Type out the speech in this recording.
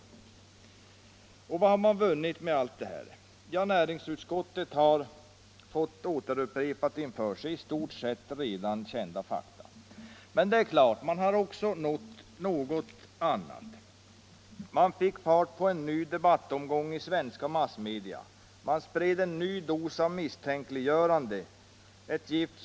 Vad har man nu vunnit med allt detta? Ja, näringsutskottet har fått återupprepat inför sig i stort sett redan kända fakta. Men det är klart att något har man ändå uppnått. Man fick fart på en ny debattomgång i svenska massmedia, man spred en ny dos av misstänkliggörandets gift.